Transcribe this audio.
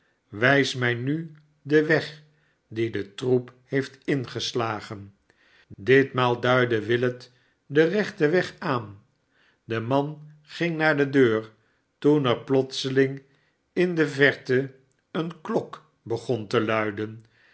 swijs mij nu den weg dien de troep heeft mgeslagen ditmaal duidde willet den rechten weg aan de man ging naar de deur toen er plotseling in de verte eene klok begon te luiden